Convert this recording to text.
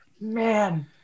Man